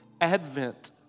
Advent